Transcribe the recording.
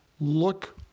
look